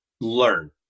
learn